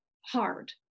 hard